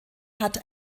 hat